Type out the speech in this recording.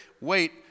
wait